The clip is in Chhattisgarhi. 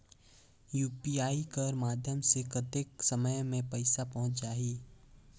यू.पी.आई कर माध्यम से कतेक समय मे पइसा पहुंच जाहि?